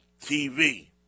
TV